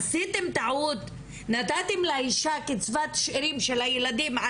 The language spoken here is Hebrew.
עשיתם טעות נתתם לאישה קצבת שארים של הילדים,